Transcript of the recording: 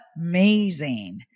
amazing